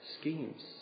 schemes